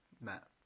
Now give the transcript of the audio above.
Matt